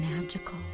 magical